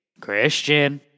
Christian